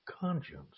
conscience